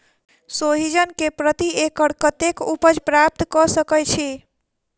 सोहिजन केँ प्रति एकड़ कतेक उपज प्राप्त कऽ सकै छी?